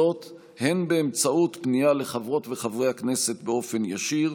הן באמצעות פנייה לחברות וחברי הכנסת באופן ישיר,